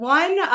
one